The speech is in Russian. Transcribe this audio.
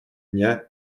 дня